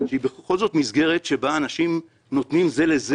שהיא בכל זאת מסגרת שבה אנשים נותנים זה לזה